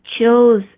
chose